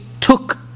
took